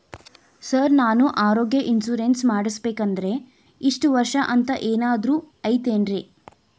Sir ನಾನು ಆರೋಗ್ಯ insurance ಮಾಡಿಸ್ಬೇಕಂದ್ರೆ ಇಷ್ಟ ವರ್ಷ ಅಂಥ ಏನಾದ್ರು ಐತೇನ್ರೇ?